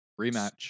Rematch